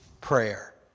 prayer